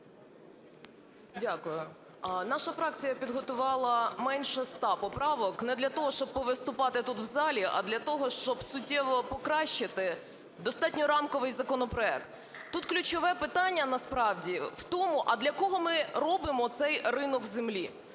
Дякую. Наша фракція підготувала менше ста поправок не для того, щоб повиступати тут в залі, а для того, щоб суттєво покращити достатньо рамковий законопроект. Тут ключове питання насправді в тому, а для кого ми робимо цей ринок землі?